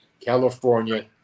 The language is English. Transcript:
California